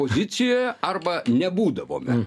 pozicijoje arba nebūdavome